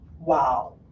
Wow